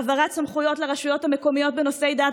העברת סמכויות לרשויות המקומיות בנושאי דת